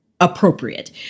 appropriate